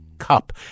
cup